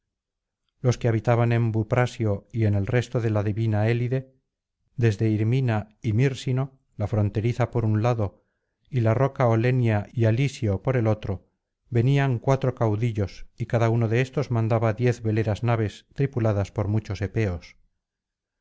los que habitaban en buprasioyen el resto de la divina elide desde hirmina y mírsino la fronteriza por un lado y la roca olenia y alisio por el otro tenían cuatro caudillos y cada uno de estos mandaba diez veleras naves tripuladas por muchos epeos